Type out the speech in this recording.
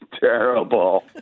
terrible